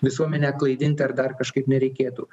visuomenę klaidinti ar dar kažkaip nereikėtų